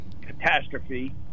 catastrophe